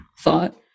thought